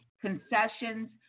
concessions